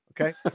okay